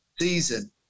season